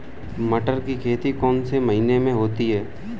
मटर की खेती कौन से महीने में होती है?